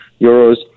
euros